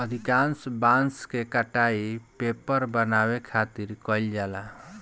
अधिकांश बांस के कटाई पेपर बनावे खातिर कईल जाला